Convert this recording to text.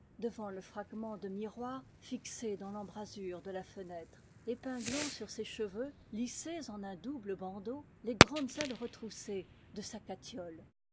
devant le fragment de miroir fixé dans l'embrasure de la fenêtre épin glant sur ses cheveux lissés en un double bandeau les grandes ailes retroussées de sa catiole